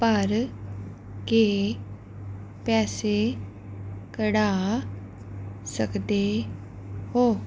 ਭਰ ਕੇ ਪੈਸੇ ਕਢਵਾ ਸਕਦੇ ਹੋ